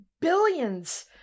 billions